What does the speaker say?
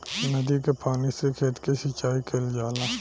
नदी के पानी से खेत के सिंचाई कईल जाला